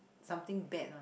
something bad one